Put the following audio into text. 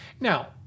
Now